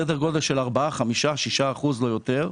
סדר גודל של 4%,5%,6%, לא יותר.